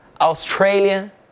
Australia